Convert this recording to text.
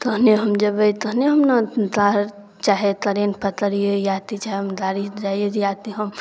तहने हम जेबै तहने हम ने विदा हैब चाहे ट्रेन पकड़िए या किछु आओर गाड़ी जाइए या कि हम